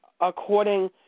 according